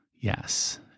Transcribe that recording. Yes